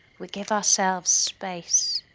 we give ourselves space.